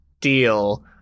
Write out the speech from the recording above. deal